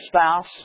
spouse